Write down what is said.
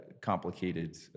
complicated